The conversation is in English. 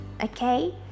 okay